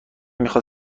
میخاد